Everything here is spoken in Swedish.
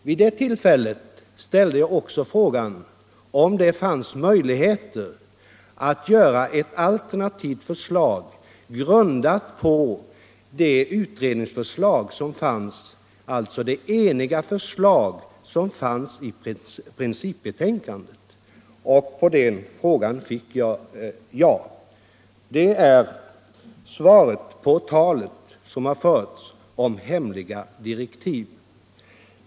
Vid samma tillfälle ställde jag också frågan om det fanns möjligheter att göra upp ett alternativt förslag grundat på utredningens enhälliga principbetänkande, och på den frågan fick jag ett jakande besked. Det är mitt svar på det tal som förekommit om hemliga direktiv.